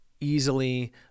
easily